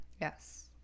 yes